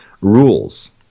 rules